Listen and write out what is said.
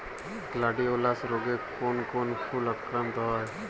Gladiolus রোগে কোন কোন ফুল আক্রান্ত হয়?